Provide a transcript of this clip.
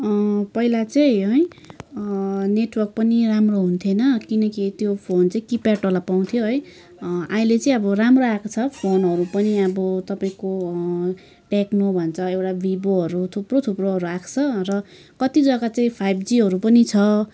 पहिला चाहिँ है नेटवर्क पनि राम्रो हुन्थेन किनकि त्यो फोन चाहिँ किप्याडवाला पाउँथ्यो है अहिले चाहिँ राम्रो आएको छ फोनहरू पनि अब तपाईँको टेक्नो भन्छ एउटा भिभोहरू थुप्रो थुप्रोहरू आएको छ र कति जग्गा चाहिँ फाइभ जिहरू पनि छ